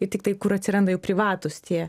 ir tiktai kur atsiranda jau privatūs tie